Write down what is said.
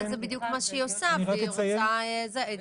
זה בדיוק מה שהיא עושה והיא רוצה -- אני רק אציין,